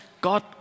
God